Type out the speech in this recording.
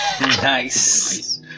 Nice